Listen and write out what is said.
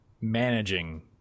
managing